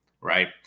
right